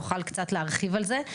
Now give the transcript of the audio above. תוכל קצת להרחיב על זה,